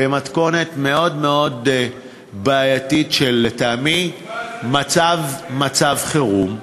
במתכונת מאוד מאוד בעייתית, שלטעמי מצב חירום,